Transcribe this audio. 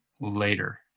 later